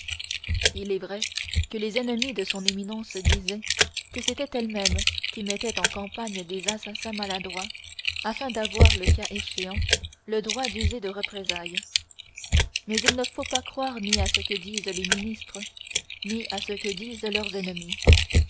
il est vrai que les ennemis de son éminence disaient que c'était elle-même qui mettait en campagne les assassins maladroits afin d'avoir le cas échéant le droit d'user de représailles mais il ne faut croire ni à ce que disent les ministres ni à ce que disent leurs ennemis